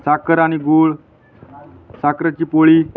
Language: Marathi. साखर आणि गुळ साखरेची पोळी